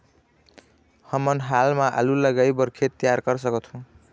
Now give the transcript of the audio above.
हमन हाल मा आलू लगाइ बर खेत तियार कर सकथों?